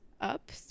up